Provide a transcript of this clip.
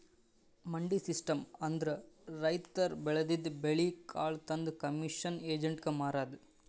ಮಂಡಿ ಸಿಸ್ಟಮ್ ಅಂದ್ರ ರೈತರ್ ಬೆಳದಿದ್ದ್ ಬೆಳಿ ಕಾಳ್ ತಂದ್ ಕಮಿಷನ್ ಏಜೆಂಟ್ಗಾ ಮಾರದು